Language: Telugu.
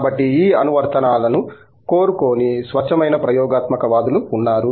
కాబట్టి ఈ అనువర్తనాలను కోరుకోని స్వచ్ఛమైన ప్రయోగాత్మకవాదులు ఉన్నారు